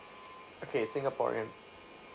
okay singaporean